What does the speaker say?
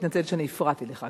אני מתנצלת שהפרעתי לך,